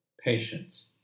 patience